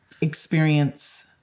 experience